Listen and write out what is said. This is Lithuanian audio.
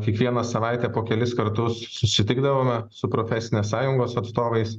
kiekvieną savaitę po kelis kartus susitikdavome su profesinės sąjungos atstovais